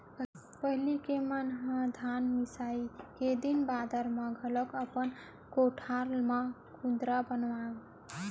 पहिली के मन धान मिसाई के दिन बादर म घलौक अपन कोठार म कुंदरा बनावयँ